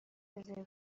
رزرو